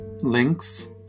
Links